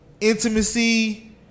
intimacy